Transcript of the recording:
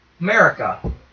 America